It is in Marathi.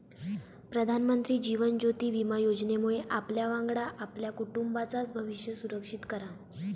प्रधानमंत्री जीवन ज्योति विमा योजनेमुळे आपल्यावांगडा आपल्या कुटुंबाचाय भविष्य सुरक्षित करा